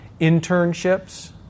internships